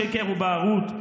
שקר ובערות,